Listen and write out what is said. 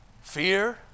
fear